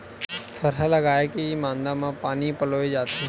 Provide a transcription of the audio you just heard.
थरहा लगाके के ही मांदा म पानी पलोय जाथे